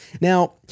Now